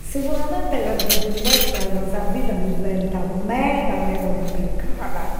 Siguramente cando s'imbezzat sa vida diventat meda meda cumplicada,